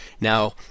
now